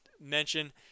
mention